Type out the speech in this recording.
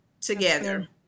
together